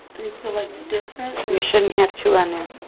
you put like different you shouldn't have two on there.